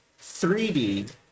3D